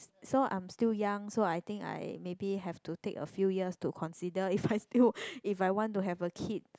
so I'm still young so I think I maybe have to take a few years to consider if I still if I want to have a kids